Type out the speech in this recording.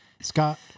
Scott